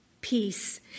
peace